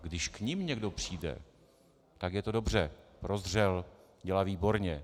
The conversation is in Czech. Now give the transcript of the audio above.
Když k nim někdo přijde, tak je to dobře, prozřel, dělá výborně.